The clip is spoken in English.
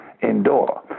indoor